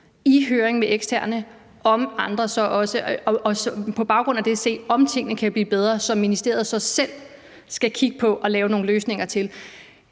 i høring med eksterne, og på baggrund af det se, om tingene kan blive bedre, så ministeriet selv kan kigge på det og lave nogle løsninger til